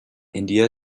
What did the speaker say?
india